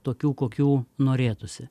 tokių kokių norėtųsi